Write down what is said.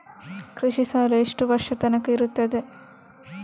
ಕೃಷಿ ಸಾಲ ಎಷ್ಟು ವರ್ಷ ತನಕ ಇರುತ್ತದೆ?